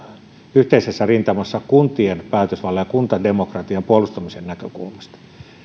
yhteisessä rintamassa kuntien päätösvallan ja kuntademokratian puolustamisen näkökulmasta